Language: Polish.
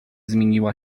zmieniła